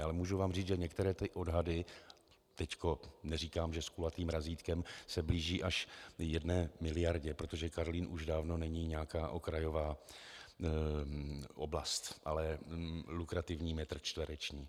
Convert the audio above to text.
Ale můžu vám říct, že některé odhady, teď neříkám, že s kulatým razítkem, se blíží až jedné miliardě, protože Karlín už dávno není nějaká okrajová oblast, ale lukrativní metr čtvereční.